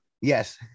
Yes